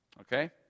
Okay